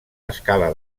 escala